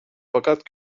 fakat